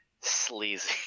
sleazy